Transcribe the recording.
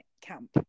camp